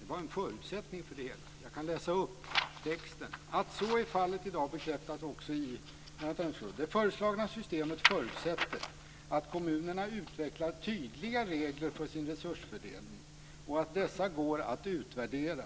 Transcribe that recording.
Det var en förutsättning för det hela. Jag kan läsa upp texten: Det föreslagna systemet förutsätter att kommunerna utvecklar tydliga regler för sin resursfördelning och att dessa går att utvärdera.